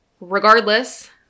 Regardless